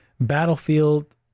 Battlefield